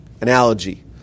analogy